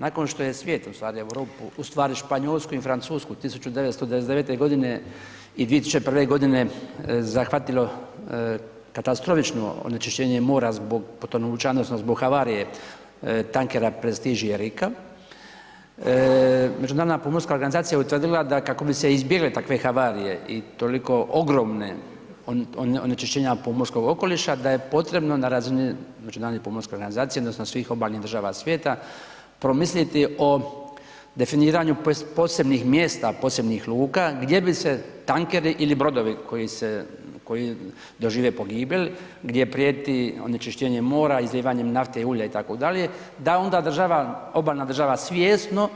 Nakon što je svijet u stvari Europu, u stvari Španjolsku i Francusku 1999. i 2001. godine zahvatilo katastrofično onečišćenje mora zbog potonuća odnosno zbog havarije tankera Prestige i Erika, međunarodna pomorska organizacija utvrdila da kako bi se izbjegle takve havarije i toliko ogromne onečišćenja pomorskog okoliša da je potrebno na razini međunarodne pomorske organizacije odnosno svih obalnih država svijeta promisliti o definiranju posebnih mjesta, posebnih luka gdje bi se tankeri ili brodovi koji dožive pogibelj, gdje prijeti onečišćenje mora izlijevanjem nafte, ulja i itd., da onda obalna država svjesno